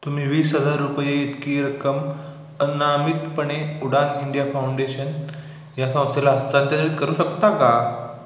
तुम्ही वीस हजार रुपये इतकी रक्कम अनामितपणे उडान इंडिया फाउंडेशन ह्या संस्थेला हस्तांतरित करू शकता का